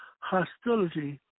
hostility